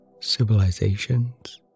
civilizations